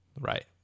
Right